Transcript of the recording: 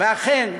ואכן,